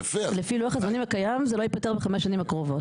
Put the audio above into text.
לפי לוח הזמנים הקיים זה לא ייפתר בחמש השנים הקרובות.